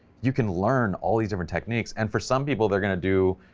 you can learn all these different techniques, and for some people they're gonna do,